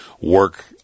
work